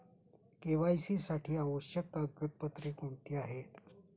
KYC साठी आवश्यक कागदपत्रे कोणती आहेत?